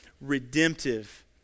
redemptive